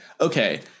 okay